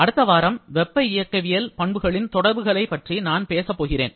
அடுத்த வாரம் வெப்ப இயக்கவியல் பண்புகளின் தொடர்புகளை பற்றி நான் பேசப் போகிறேன்